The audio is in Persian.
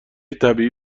طبیعی